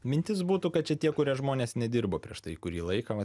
mintis būtų kad čia tie kurie žmonės nedirbo prieš tai kurį laiką